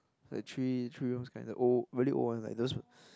the three three rooms kind the old really old ones like those